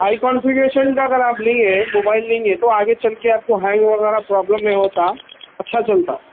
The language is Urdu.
ہائی کنفیگریشن کا اگر آپ لیں گے موبائل لیں گے تو آگے چل کے آپ کو ہینگ وغیرہ پرابلم نہیں ہوتا اچھا چلتا